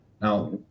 Now